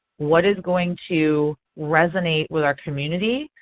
what is going to resonate with our community,